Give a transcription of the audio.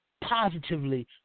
positively